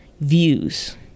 views